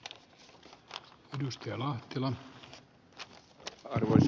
arvoisa puhemies